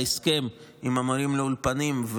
ההסכם עם מורי האולפנים,